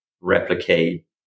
replicate